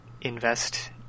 invest